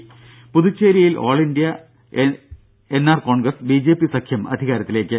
ദേദ പുതുച്ചേരിയിൽ All India NR Congress BJP സഖ്യം അധികാരത്തിലേക്ക്